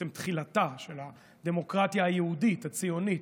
תחילתה של הדמוקרטיה היהודית הציונית,